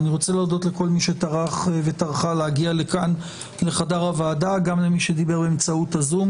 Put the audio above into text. אני מודה לכל מי שטרחו להגיע לחדר הועדה, ו גם למי שדיבר באמצעות הזום.